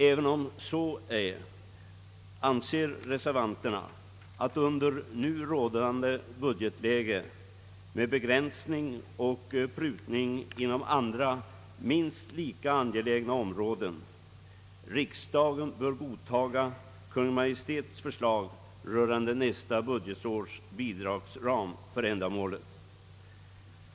Trots detta anser reservanterna emellertid att riksdagen i nuvarande budgetläge, med begränsningar och prutningar inom andra minst lika angelägna områden, bör godtaga Kungl. Maj:ts förslag rörande nästa budgetårs bidrag för ändamålet.